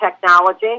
technology